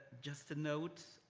just a note,